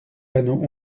panneaux